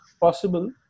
possible